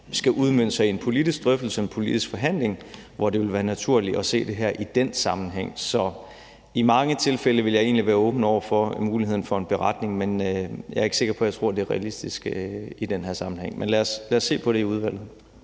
skal udmønte sig i en politisk drøftelse og en politisk forhandling, hvor det vil være naturligt at se det her i den sammenhæng. Så i mange tilfælde vil jeg egentlig være åben over for muligheden for en beretning, men jeg er ikke sikker på, jeg tror, det er realistisk i den her sammenhæng, men lad os se på det i udvalget.